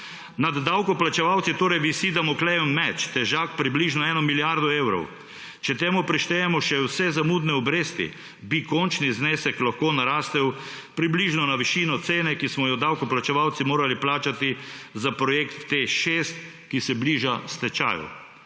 Nad davkoplačevalci torej visi Damoklejev meč, težak približno 1 milijardo evrov. Če temu prištejemo še vse zamudne obresti, bi končni znesek lahko narastel približno na višino cene, ki smo jo davkoplačevalci morali plačati za projekt TEŠ6, ki se bliža stečaju.